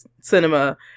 cinema